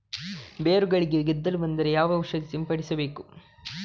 ಬೇರುಗಳಿಗೆ ಗೆದ್ದಲು ಬಂದರೆ ಯಾವ ಔಷಧ ಸಿಂಪಡಿಸಬೇಕು?